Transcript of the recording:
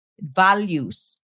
values